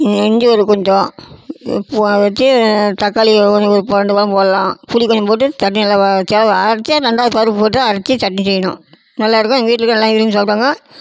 இஞ்சி ஒரு கொஞ்சம் பூராக வச்சு தக்காளி கொஞ்சம் ஒரு ரெண்டு பழம் போடலாம் புளி கொஞ்சம் போட்டு சட்னி நல்லா வேவ வைச்சா அரைச்சா ரெண்டாவது பருப்பு போட்டு அரைச்சி சட்னி செய்யணும் நல்லா இருக்கும் எங்கள் வீட்டில் இருக்கவங்க எல்லாம் விரும்பி சாப்பிடுவாங்க